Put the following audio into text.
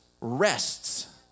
rests